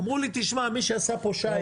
אמרו לי תשמע, מי שעשה פה שייט.